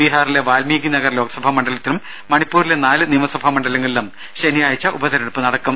ബീഹാറിലെ വാൽമീകി നഗർ ലോക്സഭാ മണ്ഡലത്തിലും മണിപ്പൂരിലെ നാല് നിയമസഭാ മണ്ഡലങ്ങളിലും ശനിയാഴ്ച ഉപതെരഞ്ഞെടുപ്പ് നടക്കും